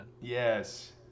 Yes